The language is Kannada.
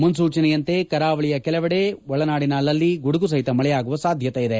ಮುನ್ಲೂಚನೆಯಂತೆ ಕರಾವಳಿಯ ಕೆಲವೆಡೆ ಒಳನಾಡಿನ ಅಲ್ಲಲ್ಲಿ ಗುಡುಗು ಸಓತ ಮಳೆಯಾಗುವ ಸಾಧ್ಯತೆ ಇದೆ